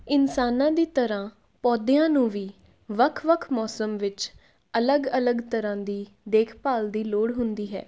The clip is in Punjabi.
ਇਨਸਾਨਾਂ ਦੀ ਤਰ੍ਹਾਂ ਪੌਦਿਆਂ ਨੂੰ ਵੀ ਵੱਖ ਵੱਖ ਮੌਸਮ ਵਿੱਚ ਅਲੱਗ ਅਲੱਗ ਤਰ੍ਹਾਂ ਦੀ ਦੇਖਭਾਲ ਦੀ ਲੋੜ ਹੁੰਦੀ ਹੈ